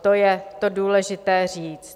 To je to důležité říct.